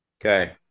Okay